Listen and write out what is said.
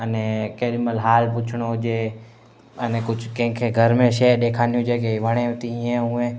अने केॾीमहिल हाल पुछणो हुजे अने कुझु कंहिंखे घर में शइ ॾेखारिणी हुजे की वणेव थी ईअं हुंअ